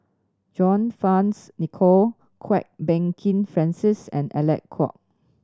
John Fearns Nicoll Kwok Peng Kin Francis and Alec Kuok